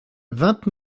vingt